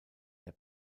der